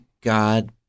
God